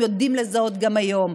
הם יודעים לזהות גם היום.